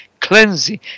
Cleansing